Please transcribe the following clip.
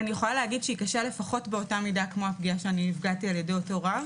שהיא קשה לפחות באותה מידה כמו הפגיעה שנפגעתי על-ידי אותו רב,